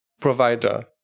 provider